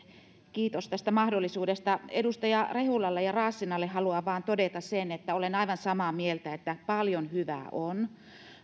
kiitos tästä mahdollisuudesta edustaja rehulalle ja raassinalle haluan vain todeta sen että olen aivan samaa mieltä että paljon hyvää on